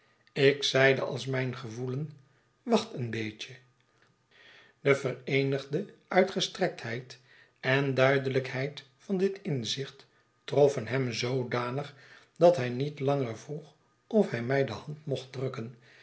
ik zeide als mijn gevoelen wacht een beetje de vereenigde uitgestrektheid en duidelijkheid van dit inzicht troffen hem zoodanig dat hij niet langer vroeg of hij mij de hand mocht drukken